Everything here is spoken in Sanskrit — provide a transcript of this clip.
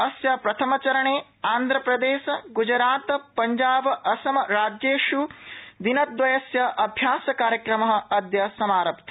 अस्य प्रथमचरणे आंध्र प्रदेश गुजरात पंजाब असम राज्येष् दिनद्वयस्य अभ्यासकार्यक्रम अद्य समारब्ध